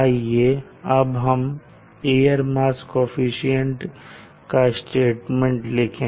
आइए अब हम एयर मास कोअफिशन्ट का स्टेटमेंट लिखें